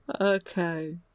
Okay